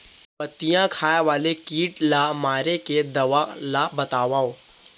पत्तियां खाए वाले किट ला मारे के दवा ला बतावव?